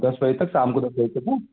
दस बजे तक शाम को दस बजे तक है